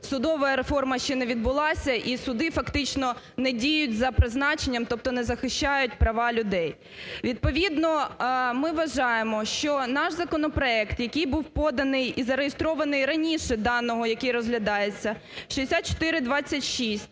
судова реформа ще не відбулася і суди фактично не діють за призначенням, тобто не захищають права людей. Відповідно ми вважаємо, що наш законопроект, який був поданий і зареєстрований раніше даного, який розглядається, 6426,